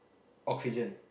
oxygen